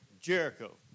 Jericho